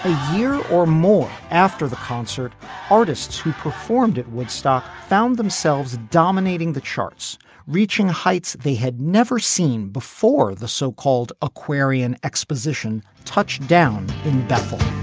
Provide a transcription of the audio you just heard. ah year or more after the concert artists who performed at woodstock found themselves dominating the charts reaching heights they had never seen before the so-called aquarian exposition touched down in bethel.